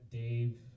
dave